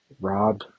Rob